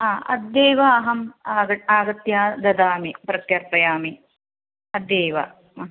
हा अद्यैव अहम् आगत्य आगत्य ददामि प्रत्यर्पयामि अद्यैव आ